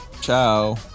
ciao